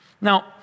Now